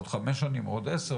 עוד חמש שנים או עוד עשר,